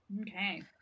okay